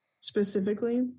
Specifically